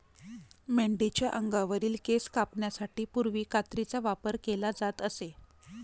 मेंढीच्या अंगावरील केस कापण्यासाठी पूर्वी कात्रीचा वापर केला जात असे